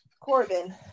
Corbin